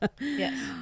Yes